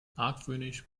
argwöhnisch